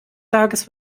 tages